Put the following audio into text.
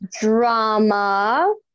Drama